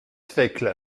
fekl